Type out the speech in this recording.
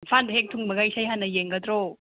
ꯏꯝꯐꯥꯟꯗ ꯍꯦꯛ ꯊꯨꯡꯕꯒ ꯏꯁꯩ ꯍꯥꯟꯅ ꯌꯦꯡꯒꯗ꯭ꯔꯣ